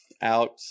out